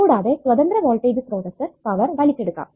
കൂടാതെ സ്വതന്ത്ര വോൾടേജ് സ്രോതസ്സ് പവർ വലിച്ചെടുക്കാം